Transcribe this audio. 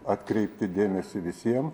atkreipti dėmesį visiem